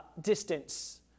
distance